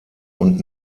und